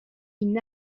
une